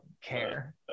care